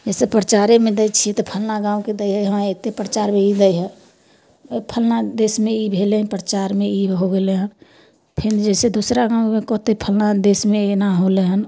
जैसे परचारेमे दै छी तऽ फन्ना गाँवके दै हइ हँ एत्ते परचारमे ई दै हइ फन्ना देशमे ई भेलै परचारमे ई हो गेलै हँ फिन जैसे दूसरा गाँवमे कहतै फन्ना गाँवमे एना होलै हन